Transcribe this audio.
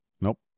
Nope